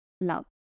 love